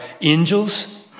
angels